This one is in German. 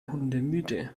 hundemüde